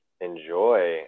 enjoy